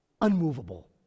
unmovable